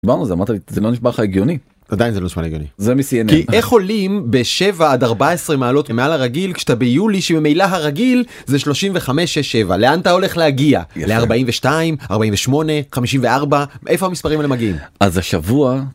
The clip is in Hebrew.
מעוז, אמרת לי זה לא נשמע לך הגיוני, עדיין זה לא נשמע לי הגיוני, כי איך עולים ב-7 עד 14 מעלות ממעל הרגיל כשאתה ביולי שבמילא הרגיל זה 35, 6, 7, לאן אתה הולך להגיע ל42, 48 , 54, איפה המספרים האלה מגיעים? אז השבוע.